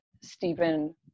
Stephen